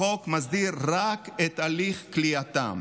החוק מסדיר רק את הליך כליאתם,